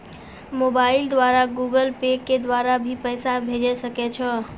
Mobile द्वारा Google Pay के द्वारा भी पैसा भेजै सकै छौ?